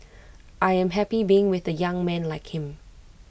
I am happy being with A young man like him